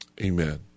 Amen